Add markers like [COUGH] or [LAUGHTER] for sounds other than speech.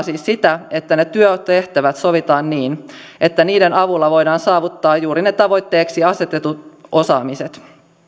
[UNINTELLIGIBLE] siis sitä että ne työtehtävät sovitaan niin että niiden avulla voidaan saavuttaa juuri ne tavoitteiksi asetetut osaamiset